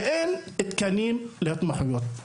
אבל אין תקנים להתמחויות.